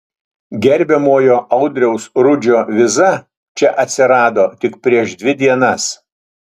gerbiamojo audriaus rudžio viza čia atsirado tik prieš dvi dienas